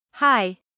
Hi